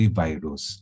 virus